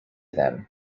them